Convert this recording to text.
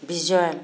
visual